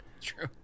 True